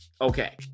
Okay